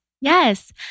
Yes